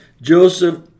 Joseph